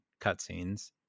cutscenes